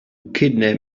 kidnap